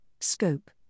scope